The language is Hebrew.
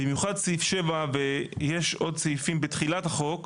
במיוחד סעיף 7 ויש עוד סעיפים בתחילת החוק,